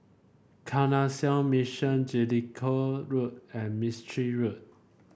Canossian Mission Jellicoe Road and Mistri Road